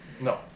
No